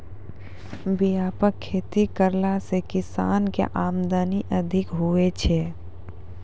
व्यापक खेती करला से किसान के आमदनी अधिक हुवै छै